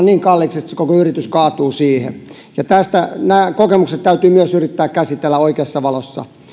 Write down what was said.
niin kalliiksi että se koko yritys kaatuu siihen nämä kokemukset täytyy myös yrittää käsitellä oikeassa valossa